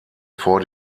vor